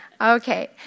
Okay